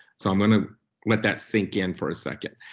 so i'm gonna let that sink in for a second.